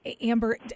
Amber